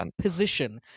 position